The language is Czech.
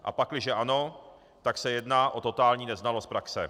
A pakliže ano, tak se jedná o totální neznalost praxe.